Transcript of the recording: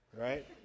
right